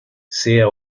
sea